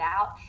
out